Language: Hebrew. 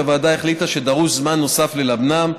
שהוועדה החליטה שדרוש זמן נוסף ללבנם,